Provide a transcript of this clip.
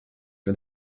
for